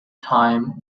time